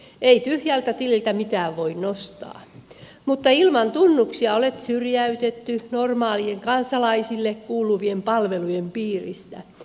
ei tyhjältä tililtä mitään voi nostaa mutta ilman tunnuksia olet syrjäytetty kansalaisille kuuluvien normaalien palvelujen piiristä